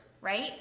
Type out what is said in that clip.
Right